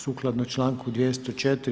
Sukladno članku 204.